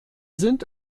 sind